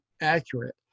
accurate